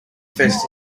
vest